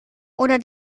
oder